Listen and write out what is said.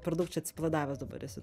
per daug čia atsipalaidavęs dabar esi